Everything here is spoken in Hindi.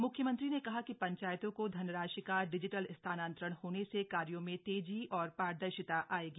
मुख्यमंत्री ने कहा कि पंचायतों को धनराशि का डिजिटल स्थानान्तरण होने से कार्यों में तेजी और पारदर्शिता आयेगी